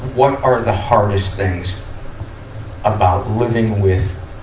what are the hardest things about living with